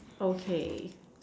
okay